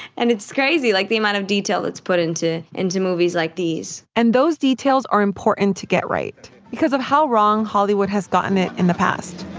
and it's crazy, like, the amount of detail that's put into into movies like these and those details are important to get right because of how wrong hollywood has gotten it in the past.